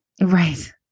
Right